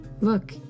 Look